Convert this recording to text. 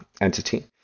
entity